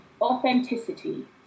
authenticity